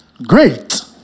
Great